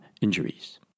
injuries